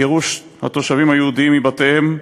גירוש התושבים היהודים מבתיהם,